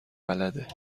بلده